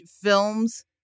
films